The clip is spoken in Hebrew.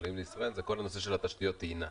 חשמליים לישראל זה כל הנושא של תשתיות טעינה.